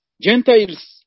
Gentiles